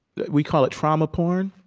we call it trauma porn,